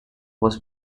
was